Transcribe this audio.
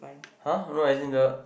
[huh] no as in the